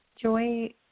Joy